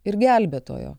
ir gelbėtojo